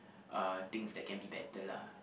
uh things that can be better lah